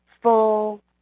full